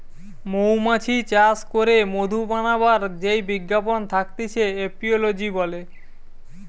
মৌমাছি চাষ করে মধু বানাবার যেই বিজ্ঞান থাকতিছে এপিওলোজি বলে